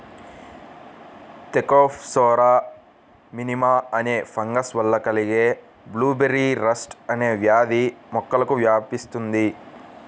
Thekopsora minima అనే fungus వల్ల కలిగే బ్లూబెర్రీ రస్ట్ అనే వ్యాధి మొక్కలకు వ్యాపిస్తుంది